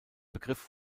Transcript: begriff